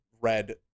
red